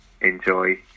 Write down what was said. enjoy